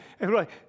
Right